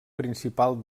principal